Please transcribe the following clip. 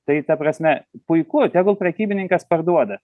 tai ta prasme puiku tegul prekybininkas parduoda